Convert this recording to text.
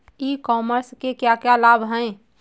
ई commerce के क्या क्या लाभ हैं?